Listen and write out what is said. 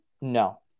No